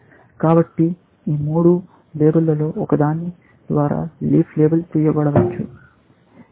కాబట్టి ఈ మూడు లేబుళ్ళలో ఒకదాని ద్వారా లీఫ్ లేబుల్ చేయబడవచ్చు